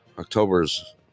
October's